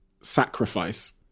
sacrifice